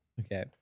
Okay